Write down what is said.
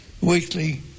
weekly